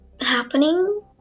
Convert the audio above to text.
happening